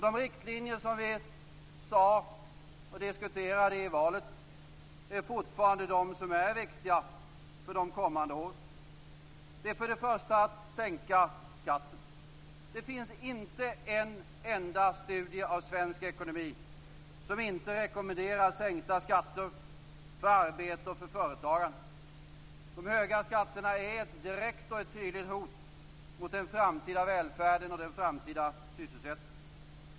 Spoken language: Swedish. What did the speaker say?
De riktlinjer vi diskuterade i valet är fortfarande de som är viktiga för de kommande åren. För det första: sänka skatten. Det finns inte en enda studie av svensk ekonomi som inte rekommenderar sänkta skatter för arbete och för företagande. De höga skatterna är ett direkt och tydligt hot mot den framtida välfärden och den framtida sysselsättningen.